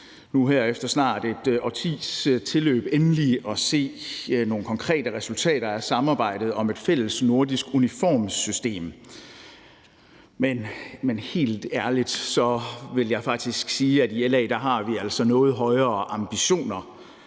nu her efter snart et årtis tilløb endelig at se nogle konkrete resultater af samarbejdet om et fælles nordisk uniformssystem. Men helt ærligt vil jeg faktisk sige, at i LA har vi altså noget højere ambitioner,